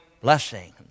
blessing